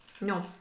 No